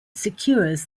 secures